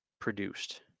produced